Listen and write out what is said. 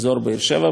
באזור הדרום.